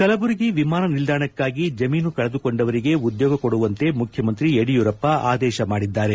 ಕಲಬುರಗಿ ವಿಮಾನ ನಿಲ್ದಾಣಕ್ನಾಗಿ ಜಮೀನು ಕಳೆದುಕೊಂಡವರಿಗೆ ಉದ್ಯೋಗ ಕೊಡುವಂತೆ ಮುಖ್ಯಮಂತ್ರಿ ಯಡಿಯೂರಪ್ಪ ಆದೇಶ ಮಾಡಿದ್ದಾರೆ